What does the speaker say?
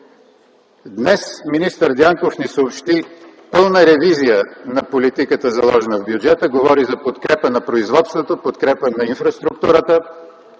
Днес министър Дянков ни съобщи пълна ревизия на политиката, заложена в бюджета, говори за подкрепа на производството, подкрепа на инфраструктурата,